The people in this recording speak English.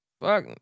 fuck